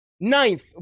ninth